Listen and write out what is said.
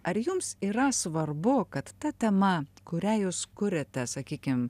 ar jums yra svarbu kad ta tema kurią jūs kuriate sakykim